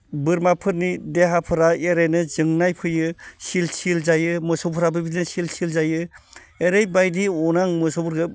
बोरमाफोरनि देहाफोरा ओरैनो जोंनाय फैयो सिल सिल जायो मोसौफोराबो बिदिनो सिल सिल जायो ओरैबायदि अनो आं मोसौफोरखो